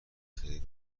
خیر